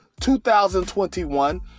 2021